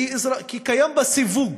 כי קיים בה סיווג,